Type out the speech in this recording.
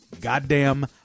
goddamn